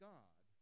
God